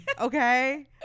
Okay